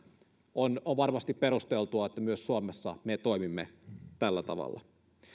on on varmasti perusteltua että myös suomessa me toimimme tällä tavalla